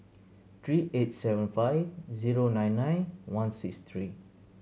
three eight seven five zero nine nine one six three